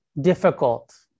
difficult